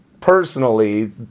personally